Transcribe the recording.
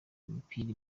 imipira